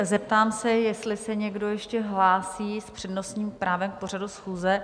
Zeptám se, jestli se někdo ještě hlásí s přednostním právem k pořadu schůze.